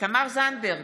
תמר זנדברג,